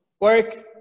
work